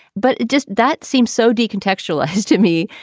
but it just that seems so decontextualized to me.